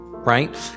right